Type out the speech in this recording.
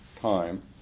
time